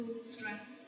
stress